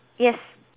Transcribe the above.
yes